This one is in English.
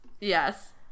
Yes